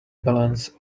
balance